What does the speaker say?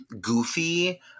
goofy